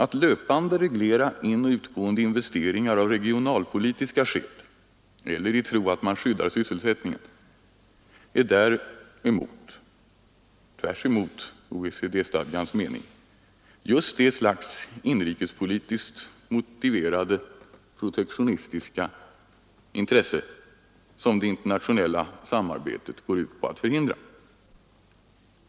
Att löpande reglera inoch utgående investeringar av regionalpolitiska skäl eller i tro att man skyddar sysselsättningen är däremot — tvärtemot OECD-stadgans mening — just det slags inrikespolitiskt motiverade protektionistiska intresse som det internationella samarbetet går ut på att förhindra.